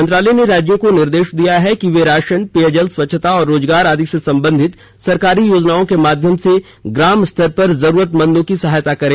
मंत्रालय ने राज्यों को निर्देश दिया है कि वे राशन पेयजल स्वच्छता और रोजगार आदि से संबंधित सरकारी योजनाओं के माध्यम से ग्राम स्तर पर जरूरतमंदों की सहायता करें